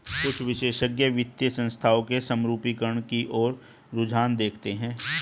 कुछ विशेषज्ञ वित्तीय संस्थानों के समरूपीकरण की ओर रुझान देखते हैं